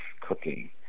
cooking